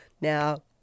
now